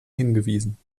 hingewiesen